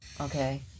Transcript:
okay